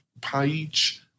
page